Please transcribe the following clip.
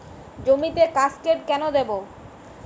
জমিতে কাসকেড কেন দেবো?